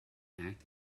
act